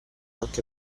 anche